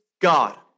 God